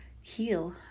heal